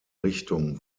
richtung